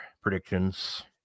predictions